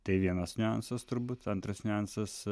tai vienas niuansas turbūt antras niuansas